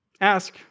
Ask